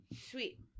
Sweet